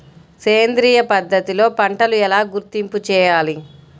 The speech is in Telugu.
సేంద్రియ పద్ధతిలో పంటలు ఎలా గుర్తింపు చేయాలి?